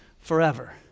forever